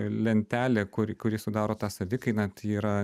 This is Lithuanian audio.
lentelė kur kuri sudaro tą savikainą tai yra